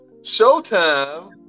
Showtime